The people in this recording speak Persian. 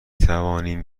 توانیم